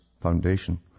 foundation